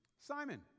Simon